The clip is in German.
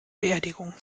beerdigung